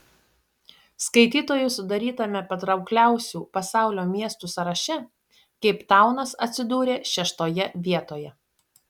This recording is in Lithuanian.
skaitytojų sudarytame patraukliausių pasaulio miestų sąraše keiptaunas atsidūrė šeštoje vietoje